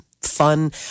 fun